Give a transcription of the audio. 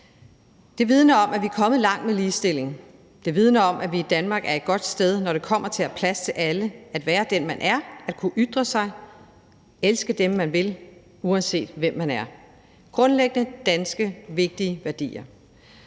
Det vidner om, at vi er kommet langt med ligestilling. Det vidner om, at vi i Danmark står et godt sted, når det kommer til at have plads til alle; at være den, man er; at kunne ytre sig; elske dem, man vil, uanset hvem man er. Det er grundlæggende danske, vigtige værdier